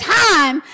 time